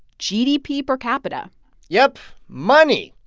gdp per capita yep money.